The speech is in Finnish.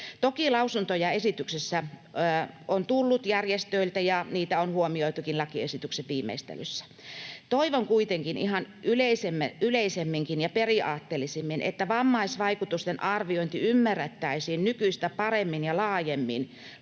Toki lausuntoja esityksestä on tullut järjestöiltä, ja niitä on huomioitukin lakiesityksen viimeistelyssä. Toivon kuitenkin ihan yleisemminkin ja periaatteellisemmin, että vammaisvaikutusten arviointi ymmärrettäisiin nykyistä paremmin ja laajemmin